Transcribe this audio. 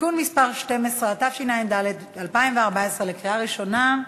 (תיקון מס' 12), התשע"ד 2014, בקריאה ראשונה.